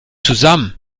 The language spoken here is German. zusammen